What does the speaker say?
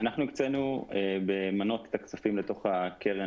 אנחנו הקצינו במנות את הכספים לתוך הקרן